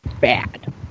bad